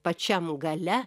pačiam gale